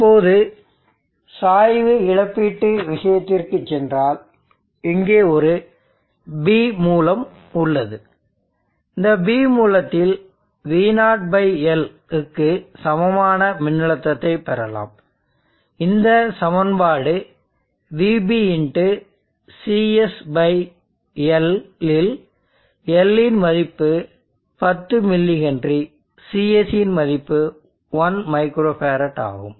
இப்போது சாய்வு இழப்பீட்டு விஷயத்திற்குச் சென்றால் இங்கே ஒரு B மூலம் உள்ளது இந்த B மூலத்தில் V0 L இக்கு சமமான மின்னழுத்தத்தை பெறலாம் இந்த சமன்பாடு VB × CS L இல்L இன் மதிப்பு 10 mH CS இன் மதிப்பு 1 micro Farad ஆகும்